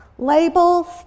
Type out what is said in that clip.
Labels